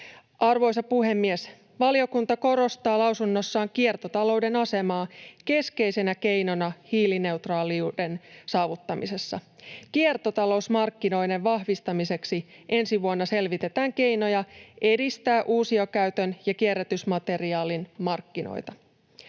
Arvoisa puhemies! Valiokunta korostaa lausunnossaan kiertotalouden asemaa keskeisenä keinona hiilineutraaliuden saavuttamisessa. Kiertotalousmarkkinoiden vahvistamiseksi ensi vuonna selvitetään keinoja edistää uusiokäytön ja kierrätysmateriaalin markkinoita.